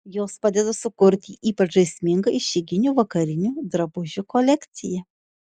jos padeda sukurti ypač žaismingą išeiginių vakarinių drabužių kolekciją